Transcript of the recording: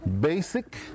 Basic